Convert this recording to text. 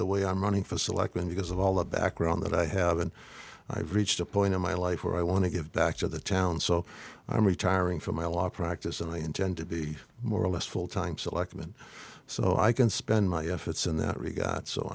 the way i'm running for selection because of all the background that i have and i've reached a point in my life where i want to give back to the town so i'm retiring from my law practice and i intend to be more or less full time selectman so i can spend my efforts in that regard so